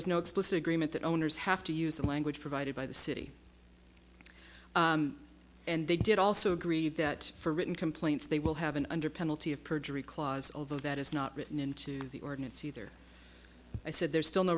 was no explicit agreement that owners have to use the language provided by the city and they did also agree that for written complaints they will have an under penalty of perjury clause although that is not written into the ordinance either i said there's still no